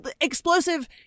explosive